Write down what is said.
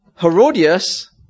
Herodias